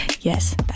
Yes